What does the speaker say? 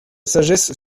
sagesse